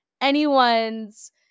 anyone's